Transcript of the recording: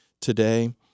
today